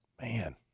Man